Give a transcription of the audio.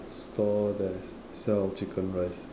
stall that sells chicken rice